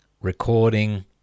recording